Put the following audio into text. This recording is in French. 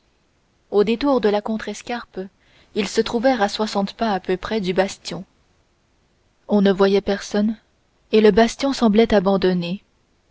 au détour de la contrescarpe ils se trouvèrent à soixante pas à peu près du bastion on ne voyait personne et le bastion semblait abandonné